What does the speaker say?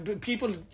people